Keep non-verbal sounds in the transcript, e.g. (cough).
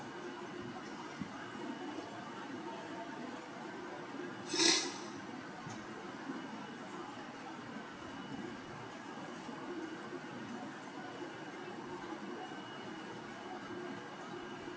(breath)